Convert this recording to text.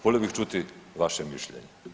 Volio bih čuti vaše mišljenje.